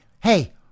hey